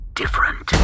different